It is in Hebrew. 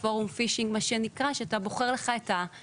אני לא רוצה להפוך להיות רוטיני בדברים הללו.